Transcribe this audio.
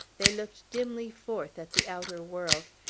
they looked dimly forth at the outer world,